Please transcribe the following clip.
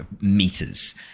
meters